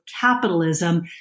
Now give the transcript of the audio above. capitalism